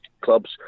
clubs